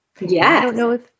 Yes